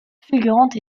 fulgurante